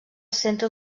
centre